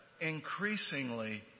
increasingly